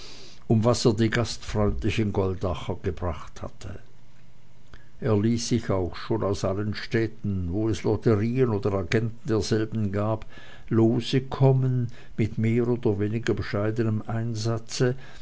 um was er die gastfreundlichen goldacher gebracht hatte er ließ sich auch schon aus allen städten wo es lotterien oder agenten derselben gab lose kommen mit mehr oder weniger bescheidenem einsatze